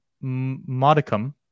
modicum